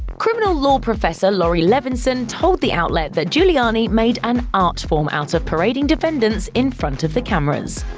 criminal law professor laurie levenson told the outlet that giuliani made an art form out of parading defendants in front of the cameras.